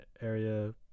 area